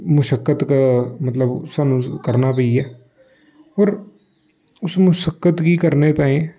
मुशक्कत मतलब ओह् सानू करना पेई गे होर उस मुश्क्कत गी करने ताईं